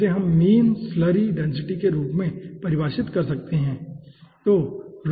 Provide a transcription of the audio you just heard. इसे हम mean slurry density के रूप में परिभाषित कर सकते हैं ठीक है